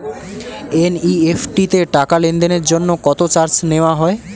NEFT তে টাকা লেনদেনের জন্য কত চার্জ নেয়া হয়?